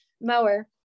mower